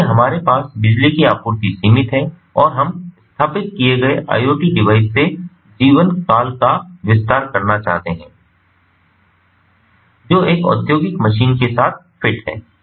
इसलिए हमारे पास बिजली की आपूर्ति सीमित है और हम स्थापित किए गए IoT डिवाइस के जीवनकाल का विस्तार करना चाहते हैं जो एक औद्योगिक मशीन के साथ फिट है